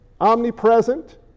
omnipresent